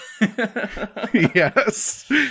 yes